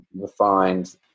refined